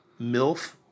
Milf